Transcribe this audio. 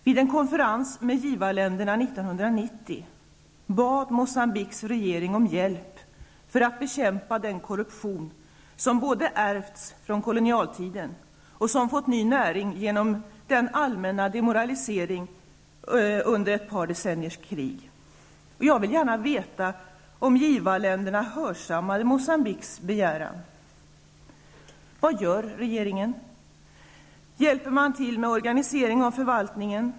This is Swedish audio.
Vid en konferens med givarländerna 1990 bad Moçambiques regering om hjälp för att bekämpa den korruption som både ärvts från kolonialtiden och fått ny näring genom den allmänna demoraliseringen under ett par decenniers krig. Jag vill gärna veta om givarländerna hörsammade Hjälper man till med organisering av förvaltningen?